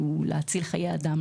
היא להציל חיי אדם,